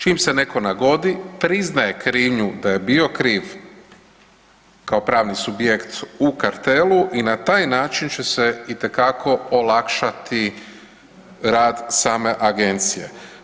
Čim se netko nagodi priznaje krivnju da je bio kriv kao pravni subjekt u kartelu i na taj način će se itekako olakšati rad same Agencije.